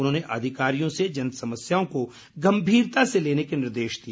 उन्होंने अधिकारियों से जन समस्याओं को गम्भीरता से लेने के निर्देश दिए